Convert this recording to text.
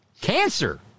Cancer